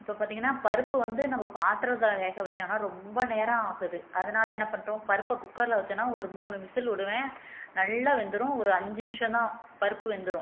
இப்போது பார்த்தீங்கன்னா பருப்பு வந்து நம்ம பாத்திரத்தில் வேக வைச்சோன்னா ரொம்ப நேரம் ஆகுது அதனால் என்ன பண்ணுறோம் பருப்பை குக்கரில் வைச்சோன்னா ஒரு மூணு விசில் விடுவேன் நல்லா வெந்துடும் ஒரு அஞ்சு நிமிஷம்தான் பருப்பு வெந்துடும்